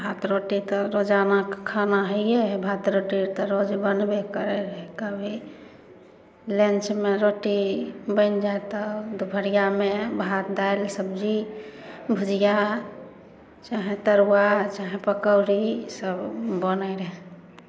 भात रोटी तऽ रोजाना खाना हैये है भात रोटी तऽ रोज बनबे करै है कभी लंचमे रोटी बनि जाइ तऽ दुपहरिया मे भात दाएल सब्जी भुजिया चाहे तरुवा चाहे पकौड़ी सब बनै रहै